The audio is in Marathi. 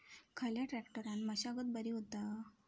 खयल्या ट्रॅक्टरान मशागत बरी होता?